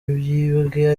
yibwe